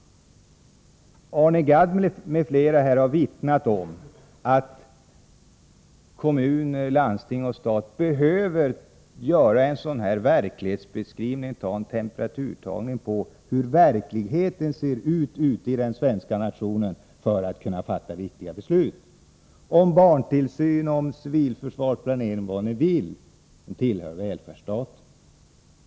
Arne Gadd m.fl. har här vittnat om att kommun, landsting och stat behöver göra en beskrivning, en temperaturtagning, av hur verkligheten ser ut för den svenska nationen för att kunna fatta viktiga beslut om barntillsyn, om civilförsvarsplanering eller vad man nu vill, som tillhör välfärdsstaten.